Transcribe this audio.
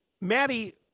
Maddie